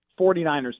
49ers